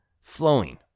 flowing